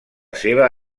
seva